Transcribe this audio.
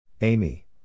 Amy